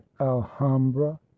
alhambra